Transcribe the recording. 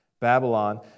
Babylon